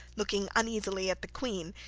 looking uneasily at the queen,